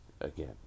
again